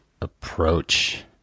approach